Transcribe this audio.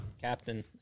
Captain